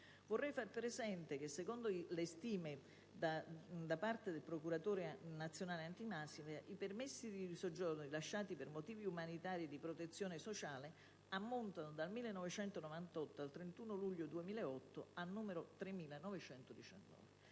Vorrei far presente che, secondo le stime prodotte dal Procuratore nazionale antimafia, i permessi di soggiorno rilasciati per motivi umanitari e di protezione sociale ammontano, dal 1998 al 31 luglio 2008, a 3.919.